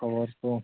ᱠᱷᱚᱵᱚᱨ ᱠᱚ